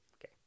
Okay